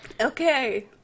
Okay